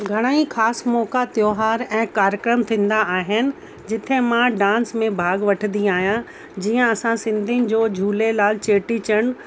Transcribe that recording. घणेई ख़ासि मौक़ा त्यौहार ऐं कार्यक्रम थींदा आहिनि जिते मां डांस में भाग वठंदी आहियां जीअं असां सिंधियुनि जो झूलेलाल चेटीचंड